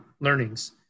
learnings